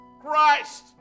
Christ